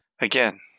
Again